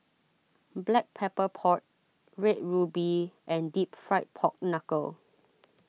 Black Pepper Pork Red Ruby and Deep Fried Pork Knuckle